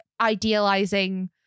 idealizing